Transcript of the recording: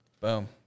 Boom